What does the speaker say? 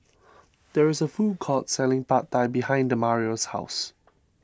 there is a food court selling Pad Thai behind Demario's house